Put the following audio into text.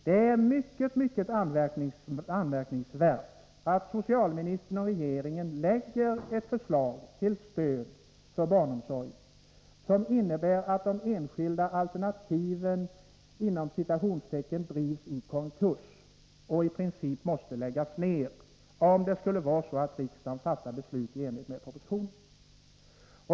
Det är mycket anmärkningsvärt att socialministern och regeringen lägger fram förslag till stöd för barnomsorgen som innebär att de enskilda alternativen ”drivs i konkurs” och i princip måste läggas ner, om riksdagen skulle fatta beslut i enlighet med propositionen.